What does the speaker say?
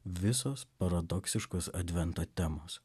visos paradoksiškos advento temos